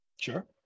sure